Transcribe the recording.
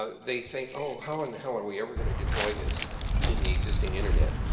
ah they think, oh, how in the hell are we ever going to deploy this in the existing internet?